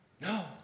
No